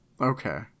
Okay